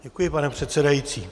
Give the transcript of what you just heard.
Děkuji, pane předsedající.